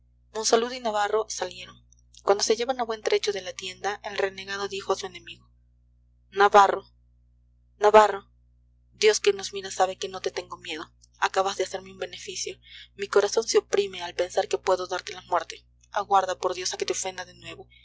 troncos monsalud y navarro salieron cuando se hallaban a buen trecho de la tienda el renegado dijo a su enemigo navarro navarro dios que nos mira sabe que no te tengo miedo acabas de hacerme un beneficio mi corazón se oprime al pensar que puedo darte la muerte aguarda por dios a que te ofenda de nuevo